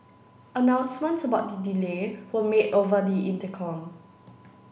announcements about the delay were made over the intercom